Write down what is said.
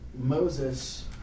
Moses